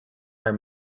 are